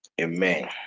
Amen